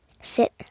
sit